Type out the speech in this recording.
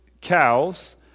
cows